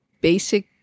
basic